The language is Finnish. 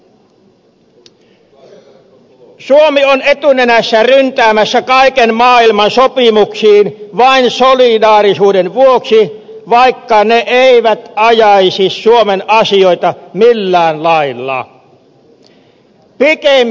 suomi on etunenässä ryntäämässä kaiken maailman sopimuksiin vain solidaarisuuden vuoksi vaikka ne eivät ajaisi suomen asioita millään lailla pikemminkin heikentävät